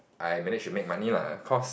I managed to make money lah cause